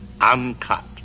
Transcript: uncut